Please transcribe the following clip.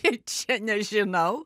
ir čia nežinau